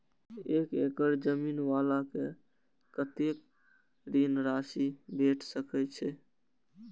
एक एकड़ जमीन वाला के कतेक ऋण राशि भेट सकै छै?